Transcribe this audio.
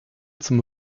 zum